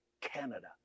Canada